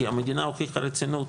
כי המדינה הוכיחה רצינות,